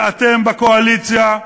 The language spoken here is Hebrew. ואתם בקואליציה,